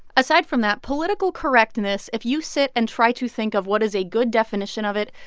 aside from that, political correctness, if you sit and try to think of what is a good definition of it,